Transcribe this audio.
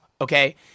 Okay